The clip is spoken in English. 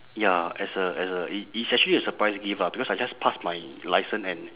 ya as a as a it is actually a surprise gift ah because I just passed my licence and